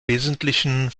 wesentlichen